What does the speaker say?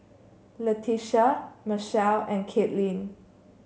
Letitia Mechelle and Caitlyn